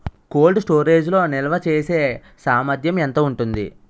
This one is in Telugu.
కోల్డ్ స్టోరేజ్ లో నిల్వచేసేసామర్థ్యం ఎంత ఉంటుంది?